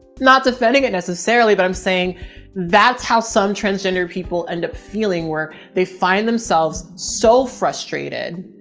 not defending it necessarily, but i'm saying that's how some transgender people end up feeling where they find themselves so frustrated,